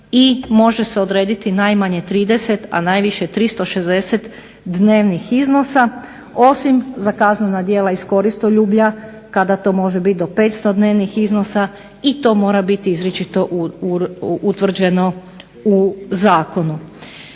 i može se odrediti najmanje 30 a najviše 360 dnevnih iznosa, osim za kaznena djela iz koristoljublja kada to mora biti do 500 dnevnih iznosa i to mora biti izričito utvrđeno u Zakonu.